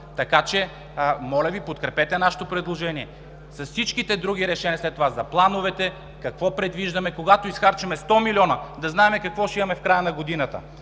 право. Моля Ви, подкрепете нашето предложение с всичките други решения. След това за плановете – какво предвиждаме, когато изхарчим 100 милиона, за да знаем какво ще имаме в края на годината.